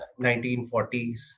1940s